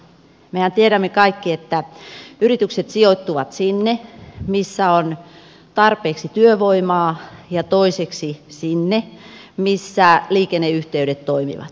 mehän tiedämme kaikki että yritykset sijoittuvat sinne missä on tarpeeksi työvoimaa ja sinne missä liikenneyhteydet toimivat